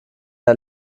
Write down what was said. der